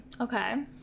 okay